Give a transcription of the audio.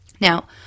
Now